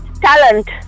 Talent